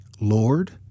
Lord